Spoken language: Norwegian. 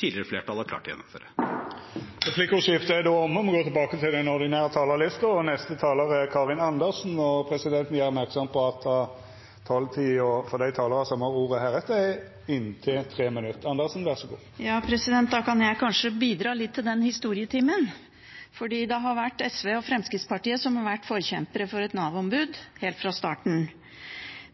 tidligere flertall har klart å gjennomføre. Replikkordskiftet er då omme. Dei talarane som heretter får ordet, har ei taletid på inntil 3 minutt. Da kan jeg kanskje bidra litt til den historietimen. Det er SV og Fremskrittspartiet som har vært forkjempere for et Nav-ombud helt fra starten av.